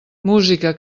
música